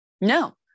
No